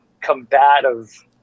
combative